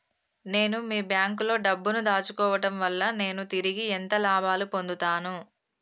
నేను మీ బ్యాంకులో డబ్బు ను దాచుకోవటం వల్ల నేను తిరిగి ఎంత లాభాలు పొందుతాను?